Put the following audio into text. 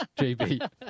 JB